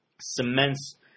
cements